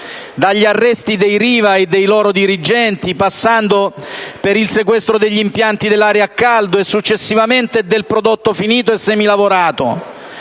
dagli arresti dei Riva e dei loro dirigenti, passando per il sequestro degli impianti dell'area a caldo e, successivamente, del prodotto finito e semilavorato;